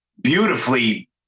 beautifully